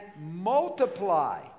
multiply